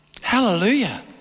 Hallelujah